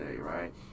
right